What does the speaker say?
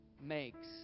makes